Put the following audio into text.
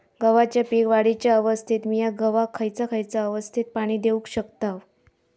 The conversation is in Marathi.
गव्हाच्या पीक वाढीच्या अवस्थेत मिया गव्हाक खैयचा खैयचा अवस्थेत पाणी देउक शकताव?